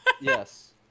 Yes